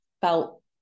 felt